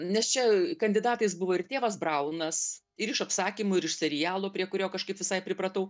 nes čia kandidatais buvo ir tėvas braunas ir iš apsakymų ir iš serialo prie kurio kažkaip visai pripratau